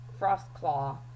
Frostclaw